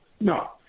no